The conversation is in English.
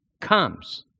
comes